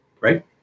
right